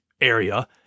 area